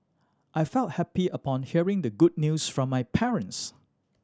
I felt happy upon hearing the good news from my parents